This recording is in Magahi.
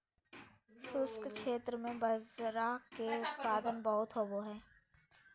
शुष्क क्षेत्र में बाजरा के उत्पादन बहुत होवो हय